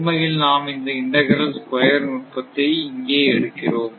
உண்மையில் நாம் இந்த இண்டாக்ரல் ஸ்கொயர் நுட்பத்தை இங்கே எடுக்கிறோம்